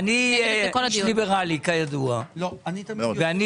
אני איש ליברלי כידוע, ואני